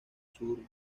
sur